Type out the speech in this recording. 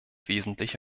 wesentliche